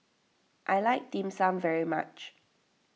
I like Dim Sum very much